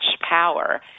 power